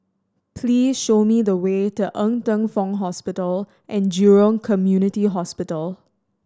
please show me the way to Ng Teng Fong Hospital And Jurong Community Hospital